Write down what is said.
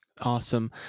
Awesome